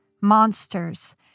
monsters